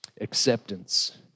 Acceptance